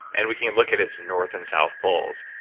and we can look at its north and south poles.